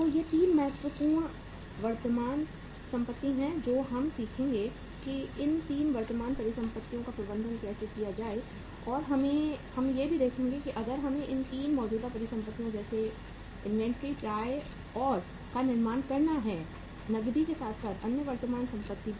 तो ये 3 महत्वपूर्ण वर्तमान संपत्ति हैं जो हम सीखेंगे कि इन 3 वर्तमान परिसंपत्तियों का प्रबंधन कैसे किया जाए हम देखेंगे कि अगर हमें इन 3 मौजूदा परिसंपत्तियों जैसे इन्वेंट्री प्राप्य और का निर्माण करना है नकदी के साथ साथ अन्य वर्तमान संपत्ति भी